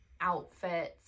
outfits